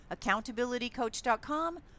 accountabilitycoach.com